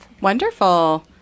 wonderful